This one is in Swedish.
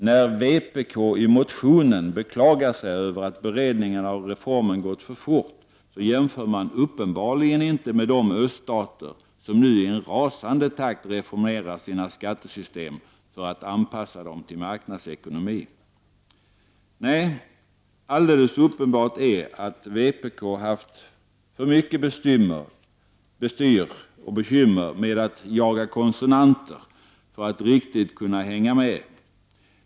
När vpk i motionen beklagar sig över att beredningen av reformen gått för fort, jämför man uppenbarligen inte med de öststater som nu i en rasande takt reformerar sina skattesystem för att anpassa dem till marknadsekonomi. Nej, alldeles uppenbart är att vpk haft för mycket bestyr och bekymmer med att jaga konsonanter för att riktigt kunna hänga med.